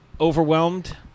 overwhelmed